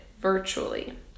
virtually